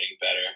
better